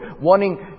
wanting